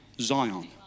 Zion